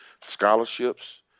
scholarships